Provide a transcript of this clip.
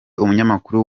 umunyamakuru